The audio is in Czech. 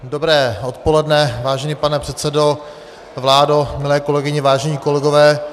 Dobré odpoledne, vážený pane předsedo, vládo, milé kolegyně, vážení kolegové.